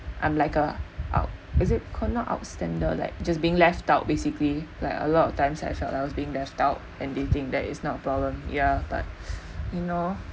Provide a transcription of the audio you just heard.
I'm like a out~ is it gonna outstander like just being left out basically like a lot of times I felt I was being left out and they think that is not a problem ya but you know